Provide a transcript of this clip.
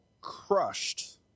crushed